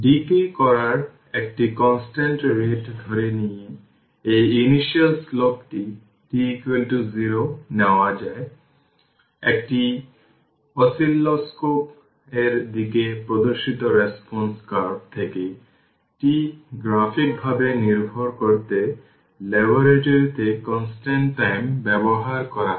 decay করার একটি constant rate ধরে নিয়ে এই ইনিশিয়াল স্লোপটি t 0 নেওয়া যায় একটি অসিলোস্কোপ এর দিকে প্রদর্শিত রেসপন্স কার্ভ থেকে τ গ্রাফিক ভাবে নির্ধারণ করতে ল্যাবরেটরি তে কনস্ট্যান্ট টাইম ব্যবহার করা হয়